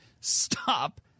Stop